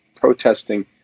protesting